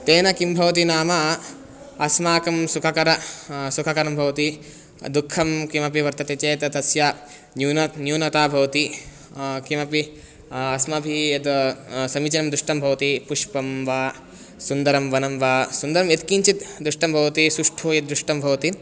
तेन किं भवति नाम अस्माकं सुखकरं सुखकरं भवति दुःखं किमपि वर्तते चेत् तस्य न्यूनता न्यूनता भवति किमपि अस्माभिः यद् समीचीनं दृष्टं भवति पुष्पं वा सुन्दरं वनं वा सुन्दरं यत्किञ्चित् दृष्टं भवति सुष्ठु यद्दृष्टं भवति